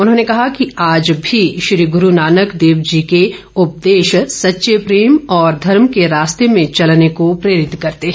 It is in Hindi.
उन्होंने कहा कि आज भी श्री गुरू नानक देव जी के उपदेश हमें सच्चे प्रेम और धर्म के रास्ते में चलने को प्रेरित करते हैं